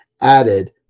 added